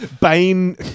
Bane